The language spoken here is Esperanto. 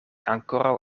ankoraŭ